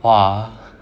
!wah!